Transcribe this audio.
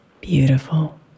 beautiful